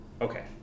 Okay